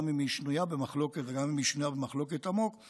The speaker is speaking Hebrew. גם אם היא שנויה במחלוקת וגם אם היא שנויה במחלוקת עמוקה,